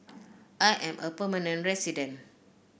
I am a permanent resident